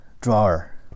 drawer